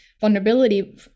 vulnerability